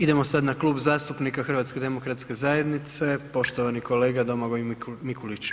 Idemo sad na Klub zastupnika HDZ-a, poštovani kolega Domagoj Mikulić.